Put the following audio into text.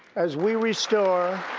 as we restore